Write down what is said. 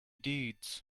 deeds